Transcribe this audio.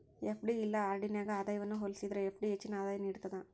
FD ಇಲ್ಲಾ RD ನ್ಯಾಗ ಆದಾಯವನ್ನ ಹೋಲಿಸೇದ್ರ ಎಫ್.ಡಿ ಹೆಚ್ಚಿನ ಆದಾಯ ನೇಡ್ತದ